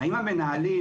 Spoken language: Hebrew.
האם המנהלים